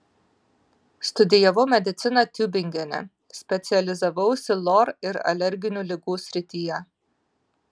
studijavau mediciną tiubingene specializavausi lor ir alerginių ligų srityje